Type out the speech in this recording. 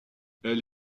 elle